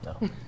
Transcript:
no